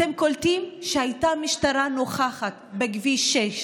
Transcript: אתם קולטים שהייתה משטרה נוכחת בכביש 6,